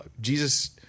Jesus